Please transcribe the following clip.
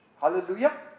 Hallelujah